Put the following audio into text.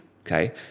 Okay